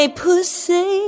pussy